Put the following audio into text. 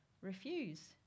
refuse